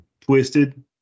twisted